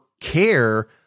care